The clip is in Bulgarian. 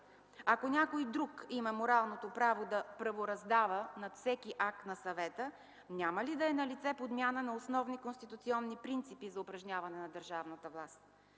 Ако някой друг има моралното право да правораздава над всеки акт на съвета, няма ли да е налице подмяна на основни конституционни принципи за упражняване на държавната власт?